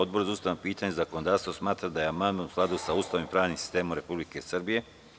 Odbor za ustavna pitanja i zakonodavstvo smatra da je amandman u skladu sa Ustavom i pravnim sistemom Republike Srbije.